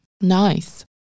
nice